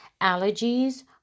allergies